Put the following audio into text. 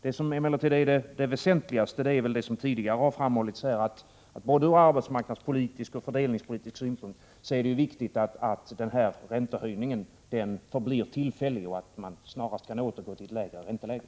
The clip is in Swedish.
Det väsentliga är dock vad som tidigare framhållits — att både ur arbetsmarknadsoch fördelningspolitisk synpunkt är det viktigt att denna räntehöjning blir tillfällig och att man snarast kan återgå till ett lägre ränteläge.